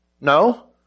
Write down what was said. No